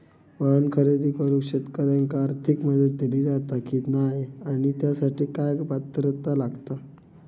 वाहन खरेदी करूक शेतकऱ्यांका आर्थिक मदत दिली जाता की नाय आणि त्यासाठी काय पात्रता लागता?